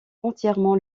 entièrement